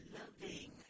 loving